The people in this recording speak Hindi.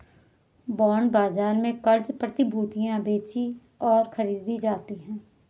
बांड बाजार में क़र्ज़ प्रतिभूतियां बेचीं और खरीदी जाती हैं